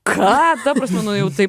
ką ta prasme nu jau taip